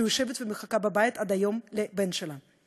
שיושבת ומחכה בבית עד היום לבן שלה.